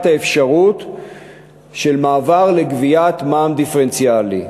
האפשרות של מעבר לגביית מע"מ דיפרנציאלי.